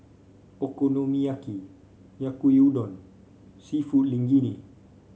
Okonomiyaki Yaki Udon seafood Linguine